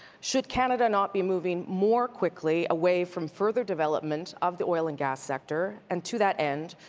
should canada not be moving more quickly away from further development of the oil and gas sector and to that end,